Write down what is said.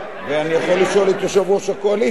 ואני יכול לשאול את יושב-ראש הקואליציה.